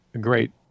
great